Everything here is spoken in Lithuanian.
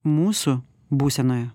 mūsų būsenoje